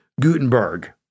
Gutenberg